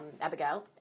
Abigail